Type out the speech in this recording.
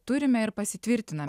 turime ir pasitvirtina